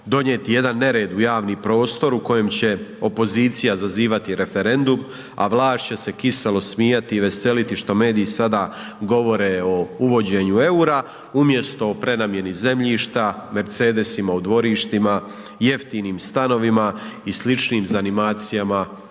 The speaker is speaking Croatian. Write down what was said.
donijeti jedan nered u javni prostor u kojem će opozicija zazivati referendum a vlast će se kiselo smijati i veseliti što mediji sada govore o uvođenju eura umjesto o prenamjeni zemljišta, Mercedesima u dvorištima, jeftinim stanovima i sličnim zanimacijama